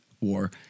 war